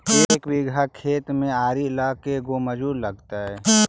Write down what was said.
एक बिघा खेत में आरि ल के गो मजुर लगतै?